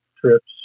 trips